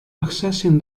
accessing